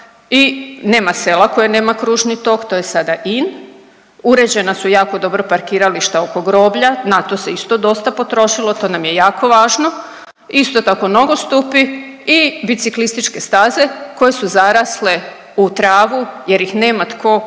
i nema sela koji nema kružni tok, to je sada in, uređena su jako dobro parkirališta oko groblja, na to se isto dosta potrošilo to nam je jako važno, isto tako nogostupi i biciklističke staze koje su zarasle u travu jer ih nema tko